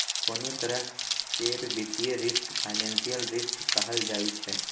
कोनों तरह केर वित्तीय रिस्क फाइनेंशियल रिस्क कहल जाइ छै